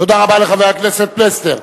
תודה רבה לחבר הכנסת פלסנר.